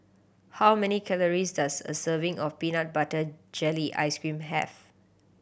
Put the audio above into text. how many calories does a serving of peanut butter jelly ice cream have